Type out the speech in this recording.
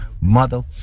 mother